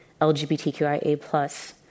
LGBTQIA+